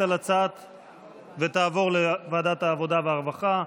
ותעבור לוועדת העבודה והרווחה.